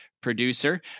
producer